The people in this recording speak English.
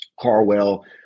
Carwell